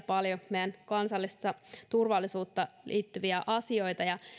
paljon meidän kansalliseen turvallisuuteemme liittyviä asioita ja